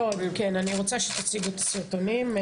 בהחלט, אני אשמח שתציגו את הסרטונים.